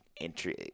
entry